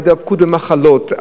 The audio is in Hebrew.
ההידבקות במחלות,